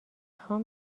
خوام